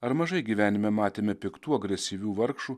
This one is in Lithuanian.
ar mažai gyvenime matėme piktų agresyvių vargšų